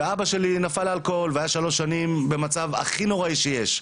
ואבא שלי נפל לאלכוהול והיה שלוש שנים במצב הכי נוראי שיש.